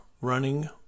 running